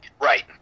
Right